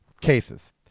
cases